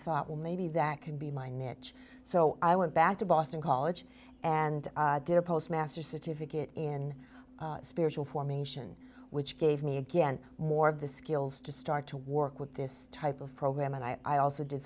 thought well maybe that could be mine it so i went back to boston college and did a postmaster certificate in spiritual formation which gave me again more of the skills to start to work with this type of program and i also d